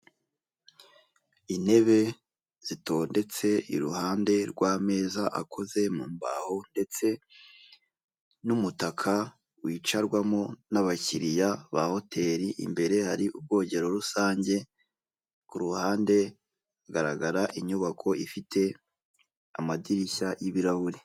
Intebe zitondetse iruhande rw'ameza akoze mu mbaho, ndetse n'umutaka wicarwamo n'abakiriya ba hoteri imbere hari ubwogero rusange, kuruhande hagaragara inyubako ifite amadirishya y'ibirahuri.